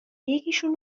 یکیشون